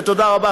ותודה רבה,